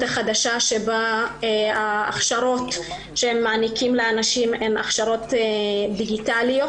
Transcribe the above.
החדשה שבה ההכשרות שמעניקים לאנשים הן הכשרות דיגיטליות.